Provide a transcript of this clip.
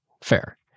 Fair